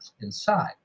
inside